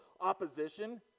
opposition